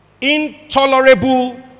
intolerable